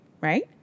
right